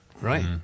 right